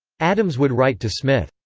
addams would write to smith,